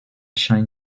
schein